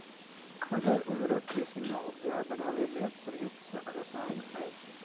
खाद और उर्वरक कृषि में उपज बढ़ावे ले प्रयुक्त रसायन हइ